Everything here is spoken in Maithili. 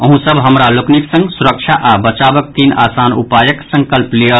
अहूँ सब हमरा लोकनिक संग सुरक्षा आ बचावक तीन आसान उपायक संकल्प लियऽ